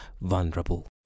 vulnerable